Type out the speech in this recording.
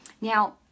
Now